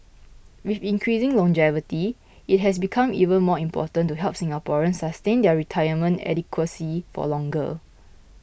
with increasing longevity it has become even more important to help Singaporeans sustain their retirement adequacy for longer